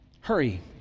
Hurry